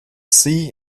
sie